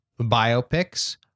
biopics